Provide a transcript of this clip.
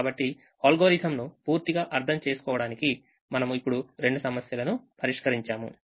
కాబట్టి అల్గోరిథంను పూర్తిగా అర్థం చేసుకోవడానికి మనము ఇప్పుడు రెండు సమస్యలను పరిష్కరించాము